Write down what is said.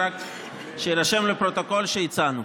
שיירשם לפרוטוקול שהצענו.